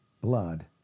blood